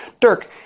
Dirk